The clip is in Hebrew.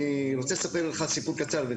אני רוצה לספר לך סיפור קצר.